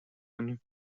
کنیم